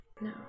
No